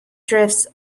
drifts